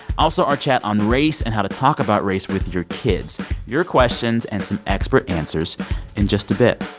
also, our chat on race and how to talk about race with your kids your questions and some expert answers in just a bit.